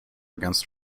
against